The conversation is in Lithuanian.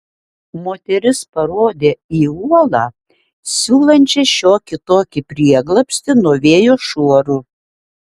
moteris parodė į uolą siūlančią šiokį tokį prieglobstį nuo vėjo šuorų